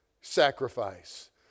sacrifice